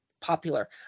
popular